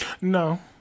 No